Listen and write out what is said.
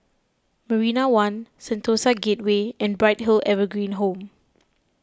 Marina one Sentosa Gateway and Bright Hill Evergreen Home